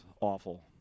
awful